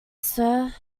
stir